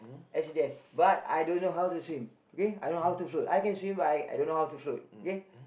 S_C_D_F but I don't know how to swim okay I know how to float I can swim but I don't know how to float okay